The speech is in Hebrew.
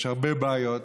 יש הרבה בעיות.